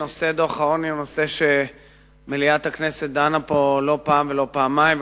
דוח העוני הוא נושא שמליאת הכנסת דנה בו לא פעם ולא פעמיים,